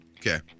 Okay